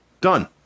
Done